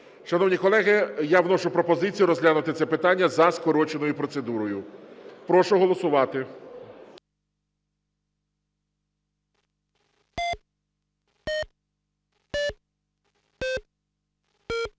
Шановні колеги, я вношу пропозицію розглянути це питання за скороченою процедурою. Прошу голосувати.